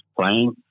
playing